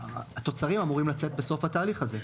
התוצרים אמורים לצאת בסוף התהליך הזה,